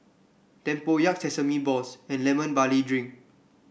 tempoyak Sesame Balls and Lemon Barley Drink